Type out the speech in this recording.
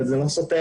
אבל זה לא סותר,